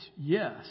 Yes